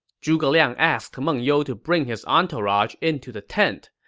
zhuge liang asked meng you to bring his entourage into the tent.